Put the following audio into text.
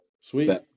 sweet